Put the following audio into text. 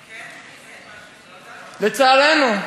לצערנו,